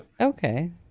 Okay